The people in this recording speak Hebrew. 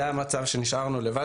זה המצב שנשארנו לבד.